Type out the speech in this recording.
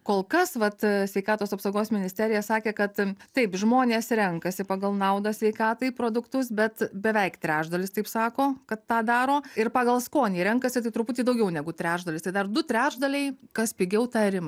kol kas vat sveikatos apsaugos ministerija sakė kad taip žmonės renkasi pagal naudą sveikatai produktus bet beveik trečdalis taip sako kad tą daro ir pagal skonį renkasi tai truputį daugiau negu trečdalis tai dar du trečdaliai kas pigiau tą ir ima